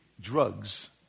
drugs